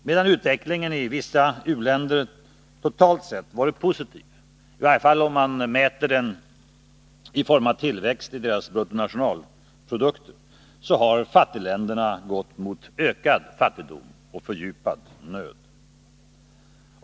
Medan utvecklingen i vissa u-länder totalt sett har varit positiv, mätt i tillväxt av deras bruttonationalprodukt, har fattigländerna gått mot ökad fattigdom och fördjupad nöd.